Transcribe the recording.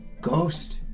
ghost